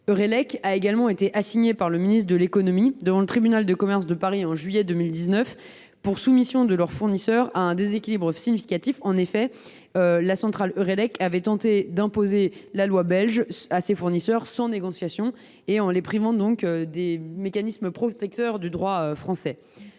d’achat a également été assignée par le ministre de l’économie devant le tribunal de commerce de Paris en juillet 2019 pour soumission de ses fournisseurs à un déséquilibre significatif. En effet, Eurelec a tenté d’imposer la loi belge à ses fournisseurs sans négociation, les privant de la sorte des mécanismes protecteurs du droit français.